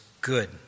good